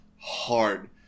hard